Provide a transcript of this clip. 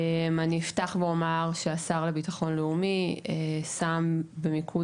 אני אפתח ואומר שהשר לביטחון לאומי שם במיקוד